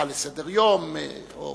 הצעה לסדר-היום או